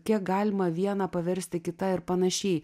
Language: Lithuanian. kiek galima vieną paversti kita ir panašiai